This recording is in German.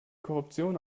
korruption